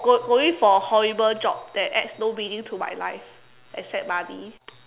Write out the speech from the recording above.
go~ going for horrible job that adds no meaning to my life except money